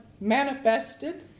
manifested